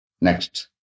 Next